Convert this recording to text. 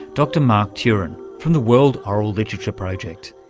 dr mark turin from the world oral literature project.